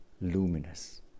luminous